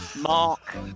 Mark